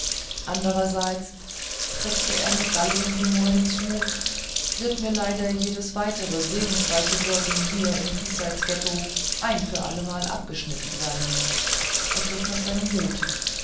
andererseits setzte er mit seinem galligen humor hinzu wird mir leider jedes weitere segensreiche wirken hier im diesseits ghetto ein für allemal abgeschnitten sein er griff nach seinem hut